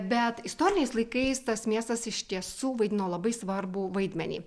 bet istoriniais laikais tas miestas iš tiesų vaidino labai svarbų vaidmenį